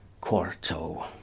quarto